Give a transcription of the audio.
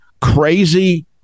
crazy